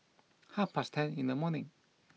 half past ten in the morning